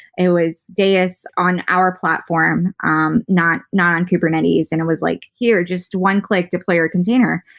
it was deis on our platform, um not not on kubernetes and it was like, here, just one click to player container,